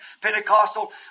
Pentecostal